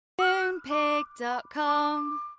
moonpig.com